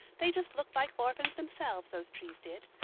they just looked like orphans themselves, those trees did.